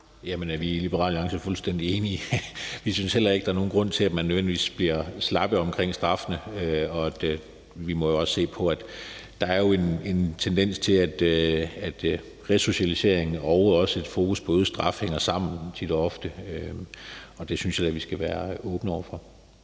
Jamen i Liberal Alliance er vi fuldstændig enige. Vi synes heller ikke, der er nogen grund til, at man nødvendigvis bliver slappe omkring straffene, og vi må jo også se på, at der jo er en tendens til, at resocialisering og et fokus på øget straf tit og ofte hænger sammen, og det synes jeg da vi skal være åbne over for.